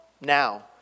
now